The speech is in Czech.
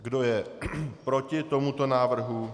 Kdo je proti tomuto návrhu?